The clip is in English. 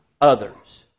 others